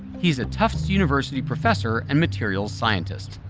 he's a tufts university professor and materials scientist.